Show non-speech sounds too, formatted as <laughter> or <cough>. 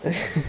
<noise>